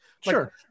Sure